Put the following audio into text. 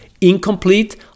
incomplete